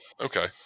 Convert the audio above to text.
Okay